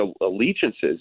allegiances